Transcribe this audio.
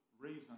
reason